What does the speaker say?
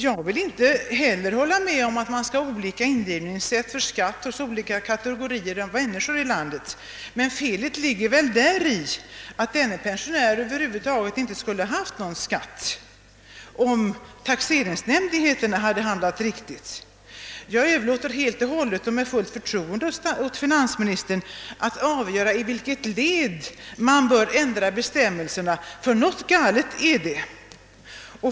Jag anser inte heller att man skall ha olika sätt att indriva skatt för olika kategorier av människor i vårt land. Felet ligger emellertid däri att denne pensionär över huvud taget inte skulle ha haft någon skatt, om taxeringsmyndigheterna hade handlat riktigt. Jag överlåter helt och hållet och med fullt förtroende åt finansministern att avgöra i vilket led bestämmelserna bör ändras, ty något galet är det.